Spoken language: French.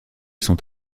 sont